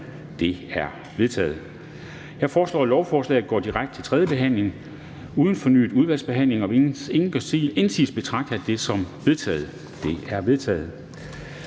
Det er vedtaget. Jeg foreslår, at lovforslaget går direkte til tredje behandling uden fornyet udvalgsbehandling. Og hvis ingen gør indsigelse, betragter jeg det som vedtaget. Det er vedtaget.